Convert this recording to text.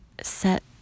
set